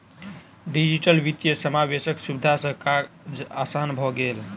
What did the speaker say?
digital वित्तीय समावेशक सुविधा सॅ काज आसान भ गेल